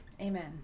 Amen